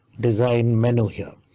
design menu here.